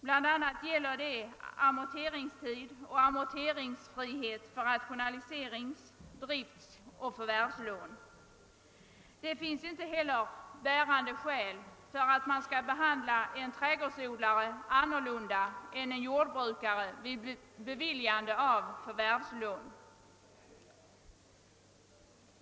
Bl a. gäller detta amorteringstid och amorteringsfrihet för rationaliserings-, driftoch förvärvslån. Det finns inte heller några bärande skäl för att behandla en trädgårdsodlare annorlunda än en jordbrukare vid beviljande av förvärvslån.